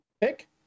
pick